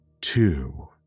two